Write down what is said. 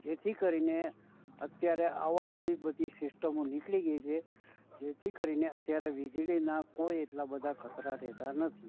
જેથી કરીને અત્યારે આવા જ એ બધી સિસ્ટમો નીકળી ગઈ છે જેથી કરીને અત્યારે વીજળીના કોઈ એટલા બધા ખતરા રહેતા નથી